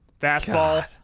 fastball